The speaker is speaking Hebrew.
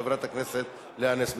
חברת הכנסת לאה נס.